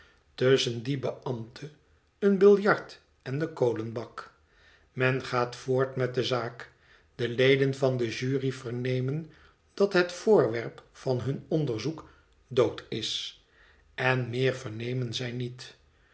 tusschen dien beambte een biljart en den kolenbak men gaat voort met de zaak de leden van de jury vernemen dat het voorwerp van hun onderzoek dood is en meer vernemen zij niet